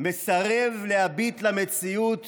מסרב להביט למציאות